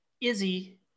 Izzy